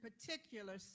particular